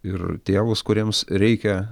ir tėvus kuriems reikia